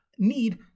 need